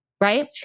right